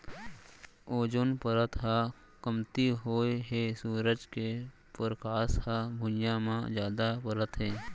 ozone परत ह कमती होए हे सूरज के परकास ह भुइयाँ म जादा परत हे